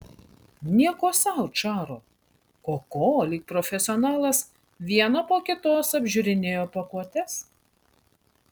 nieko sau čaro koko lyg profesionalas vieną po kitos apžiūrinėjo pakuotes